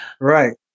Right